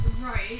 Right